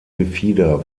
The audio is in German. gefieder